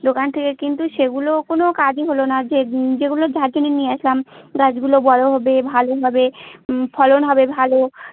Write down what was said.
দোকান থেকে কিন্তু সেগুলো কোনো কাজই হলো না যে যেগুলো কিনে নিয়ে আসলাম গাছগুলো বড়ো হবে ভালো হবে ফলন হবে ভালো